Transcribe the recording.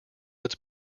its